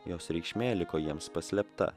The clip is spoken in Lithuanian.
jos reikšmė liko jiems paslėpta